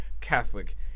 catholic